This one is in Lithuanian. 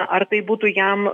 ar tai būtų jam